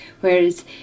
whereas